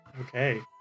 Okay